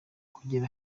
kugera